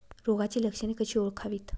रोगाची लक्षणे कशी ओळखावीत?